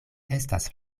estas